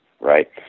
Right